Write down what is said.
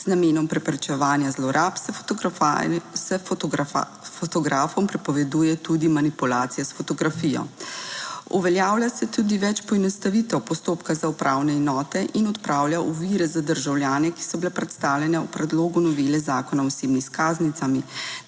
z namenom preprečevanja zlorab, se fotografom prepoveduje tudi manipulacija s fotografijo. Uveljavlja se tudi več poenostavitev postopka za upravne enote in odpravlja ovire za državljane, ki so bile predstavljene v predlogu novele Zakona o osebni izkaznicami.